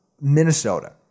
Minnesota